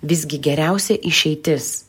visgi geriausia išeitis